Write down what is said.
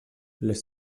les